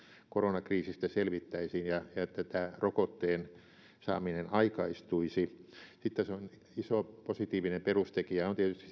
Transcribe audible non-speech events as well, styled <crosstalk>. koronakriisistä selvittäisiin ja ja että tämän rokotteen saaminen aikaistuisi sitten iso positiivinen perustekijä tässä on tietysti <unintelligible>